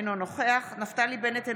אינו נוכח נפתלי בנט,